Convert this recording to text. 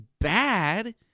bad